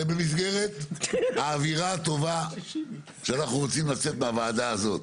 זה במסגרת האווירה הטובה שאנחנו רוצים לצאת איתה מהוועדה הזאת.